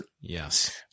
yes